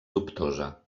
dubtosa